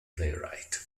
playwright